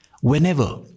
Whenever